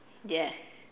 yes